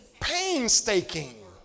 painstaking